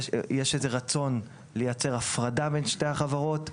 ויש איזה רצון לייצר הפרדה בין שתי החברות.